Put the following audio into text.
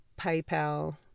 PayPal